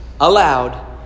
aloud